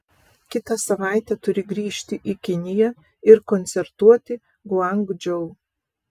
kitą savaitę turi grįžti į kiniją ir koncertuoti guangdžou